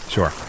Sure